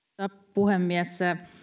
puhemies